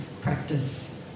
Practice